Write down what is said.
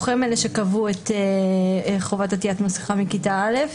הן אלה שקבעו את חובת עטיית מסכה מכיתה א'.